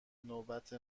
نوبت